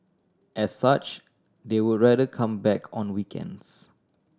as such they would rather come back on weekends